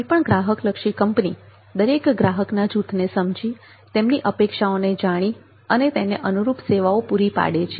કોઈ પણ ગ્રાહકલક્ષી કંપની દરેક ગ્રાહકના જૂથને સમજી તેમની અપેક્ષાઓને જાણી અને તેને અનુરૂપ સેવાઓ પૂરી પાડે છે